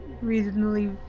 Reasonably